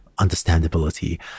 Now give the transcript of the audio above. understandability